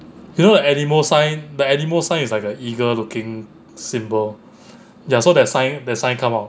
you know the anemo sign the anemo sign is like the eagle looking symbol ya so that sign that sign come out